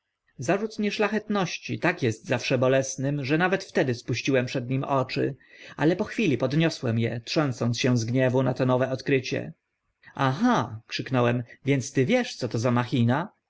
nieszlachetnie zarzut nieszlachetności tak est zawsze bolesnym że nawet wtedy spuściłem przed nim oczy ale po chwili podniosłem e trzęsąc się z gniewu na to nowe odkrycie aha krzyknąłem więc ty wiesz co to za machina